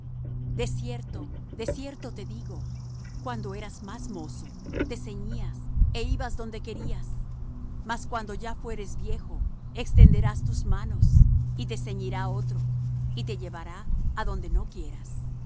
de cierto te digo cuando eras más mozo te ceñías é ibas donde querías mas cuando ya fueres viejo extenderás tus manos y te ceñirá otro y te llevará á donde no quieras